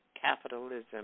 capitalism